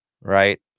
right